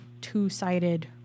two-sided